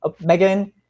Megan